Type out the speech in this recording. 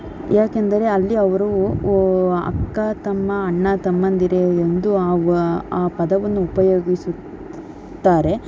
ಏಕೆಂದರೆ ಅಲ್ಲಿ ಅವರು ಅಕ್ಕ ತಮ್ಮ ಅಣ್ಣ ತಮ್ಮಂದಿರೇ ಎಂದು ಆ ಪದವನ್ನು ಉಪಯೋಗಿಸುತ್ತಾರೆ